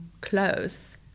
close